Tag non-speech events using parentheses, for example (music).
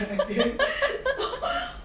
(laughs)